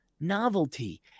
novelty